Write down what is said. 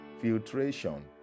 filtration